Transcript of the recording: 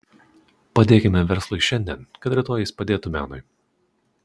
padėkime verslui šiandien kad rytoj jis padėtų menui